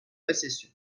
récession